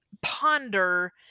ponder